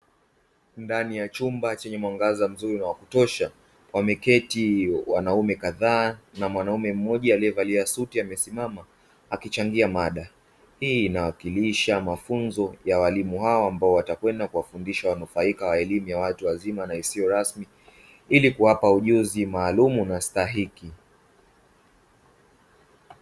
Ndani ya chumba chenye mwangaza mzuri, na wakutosha wameketi wanaume kadhaa na mwanaume mmoja, aliyevalia suti amesimama akichangia mada, hii inawakilisha mafunzo ya walimu hawa ambao watakwenda kuwafundisha wanufaika wa elimu ya watu wazima na isiyo rasmi ili kuwapa ujuzi maalumu na stahiki.